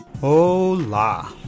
Hola